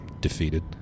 defeated